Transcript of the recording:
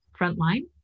frontline